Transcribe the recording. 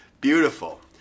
beautiful